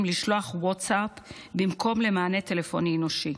לשלוח ווטסאפ במקום למענה טלפוני אנושי,